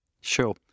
Sure